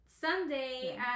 Sunday